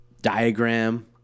Diagram